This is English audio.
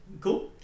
Cool